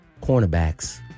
cornerbacks